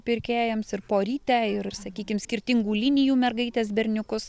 pirkėjams ir porytę ir sakykim skirtingų linijų mergaites berniukus